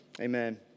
Amen